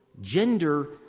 gender